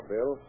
Bill